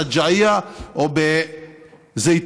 בשג'אעיה או בזייתון.